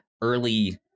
early